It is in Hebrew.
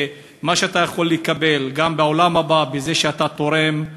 ומה שאתה יכול לקבל גם בעולם הבא בזה שאתה תורם,